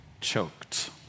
choked